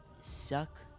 Suck